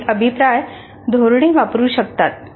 काही अभिप्राय धोरणे वापरू शकतात